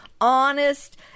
honest